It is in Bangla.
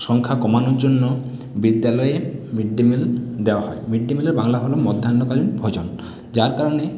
সংখ্যা কমানোর জন্য বিদ্যালয়ে মিড ডে মিল দেওয়া হয় মিড ডে মিলের বাংলা হল মধ্যাহ্নকালীন ভোজন যার কারণে